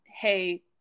hey